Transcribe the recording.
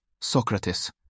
Socrates